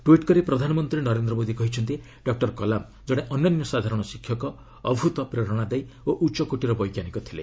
tweet କରି ପ୍ରଧାନମନ୍ତ୍ରୀ ନରେନ୍ଦ୍ର ମୋଦି କହିଛନ୍ତି ଡକ୍ଟର କଲାମ୍ କଣେ ଅନନ୍ୟ ସାଧାରଣ ଶିକ୍ଷକ ଅଭ୍ରତ ପ୍ରେରଣାଦାୟୀ ଓ ଉଚ୍ଚକୋଟୀର ବୈଜ୍ଞାନିକ ଥିଲେ